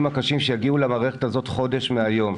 הקשים שיגיעו למערכת הזאת חודש מהיום.